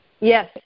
Yes